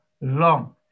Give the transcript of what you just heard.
long